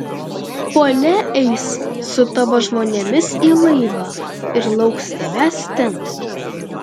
ponia eis su tavo žmonėmis į laivą ir lauks tavęs ten